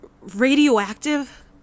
radioactive